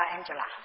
Angela